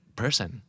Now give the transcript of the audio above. person